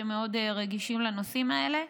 שמאוד רגישים לנושא הזה.